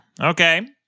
Okay